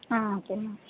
ah okay ma'am